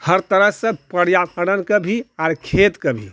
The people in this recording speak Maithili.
हर तरहसँ पर्यावरणके भी आर खेतके भी